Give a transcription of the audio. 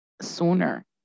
sooner